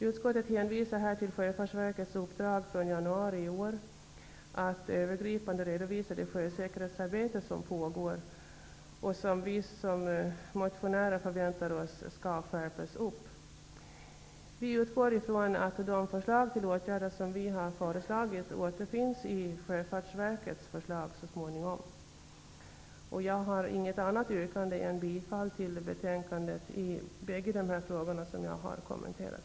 Utskottet hänvisar till Sjöfartsverkets uppdrag från januari i år att övergripande redovisa det sjösäkerhetsarbete som pågår. Vi som motionärer förväntar oss att det arbetet skall skärpas upp. Vi utgår från att de förslag till åtgärder som har har lagts fram återfinns i Sjöfartsverkets förslag så småningom. Jag har inget annat yrkande än bifall till hemställan i betänkandet i båda dessa frågor som jag har kommenterat.